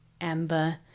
Amber